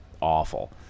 awful